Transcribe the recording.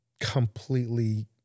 completely